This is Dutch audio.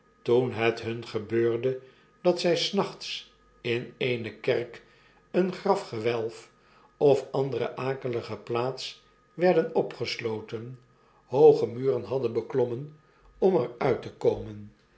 toen het hun gebeurde dat zi des nachts in eene kerk een grafgewelf of andere akelige plaats werden opgesloten hooge muren hadden beklommen om er uit te komen